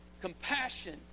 compassion